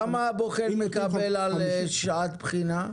כמה בוחן מקבל על שעת בחינה?